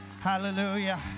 Hallelujah